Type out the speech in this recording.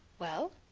well?